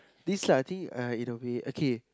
this type of thing uh it will be okay